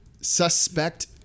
suspect